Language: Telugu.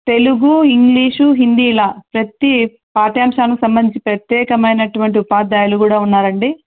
తెలుగు ఇంగ్లీషు హిందీ ఇలా ప్రతి పాఠ్యాంశానికి సంబంధించి ప్రత్యేకమైనటువంటి ఉపాధ్యాయులు కూడా ఉన్నారు అండి